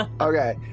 Okay